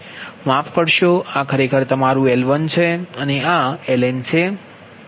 માફ કરશો આ ખરેખર તમારું L1 છે અને આ Ln છે